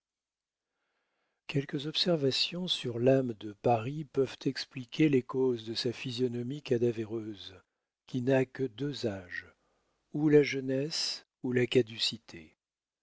quelques observations sur l'âme de paris peuvent expliquer les causes de sa physionomie cadavéreuse qui n'a que deux âges ou la jeunesse ou la caducité